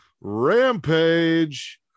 Rampage